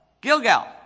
Gilgal